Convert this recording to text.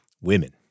women